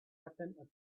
happen